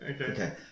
Okay